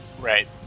Right